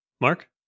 Mark